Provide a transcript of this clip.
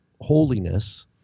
holiness—